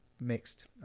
Mixed